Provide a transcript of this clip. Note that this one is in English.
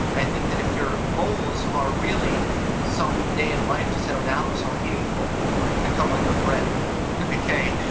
i think that if your goals are really someday and wife to settle down was so um meaningful, you know like become like a brett mckay.